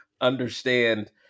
understand